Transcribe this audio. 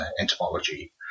entomology